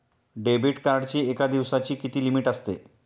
Debit कार्डची एका दिवसाची किती लिमिट असते?